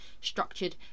structured